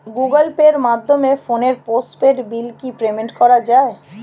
Google পের মাধ্যমে ফোনের পোষ্টপেইড বিল কি পেমেন্ট করা যায়?